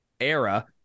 era